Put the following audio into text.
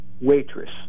waitress